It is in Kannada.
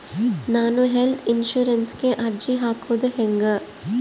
ನಾನು ಹೆಲ್ತ್ ಇನ್ಸುರೆನ್ಸಿಗೆ ಅರ್ಜಿ ಹಾಕದು ಹೆಂಗ?